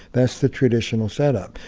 that's the traditional setup.